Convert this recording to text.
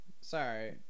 sorry